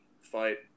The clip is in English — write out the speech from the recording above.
fight